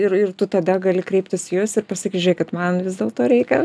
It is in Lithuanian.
ir ir tu tada gali kreiptis į jus ir pasaky žėkit man vis dėlto reikia